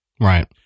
right